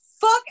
fuck